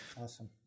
Awesome